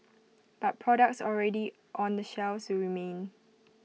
but products already on the shelves remain